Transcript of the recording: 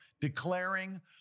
declaring